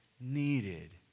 needed